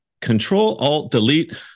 Control-Alt-Delete